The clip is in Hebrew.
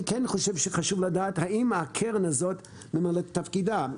חשוב לדעת האם הקרן הזאת ממלאת את תפקידה.